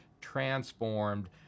transformed